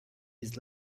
his